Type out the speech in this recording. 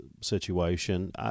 situation